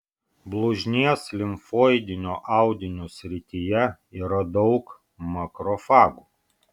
blužnies limfoidinio audinio srityje yra daug makrofagų